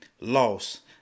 loss